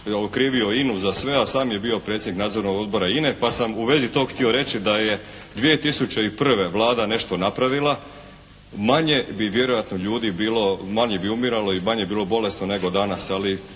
okrivio INA-u za sve, a sam je bio predsjednik Nadzornog odbora INA-e pa sam u vezi tog htio reći da je 2001. Vlada nešto napravila manje bi vjerojatno ljudi bilo, manje bi umiralo i manje bilo bolesno nego danas, ali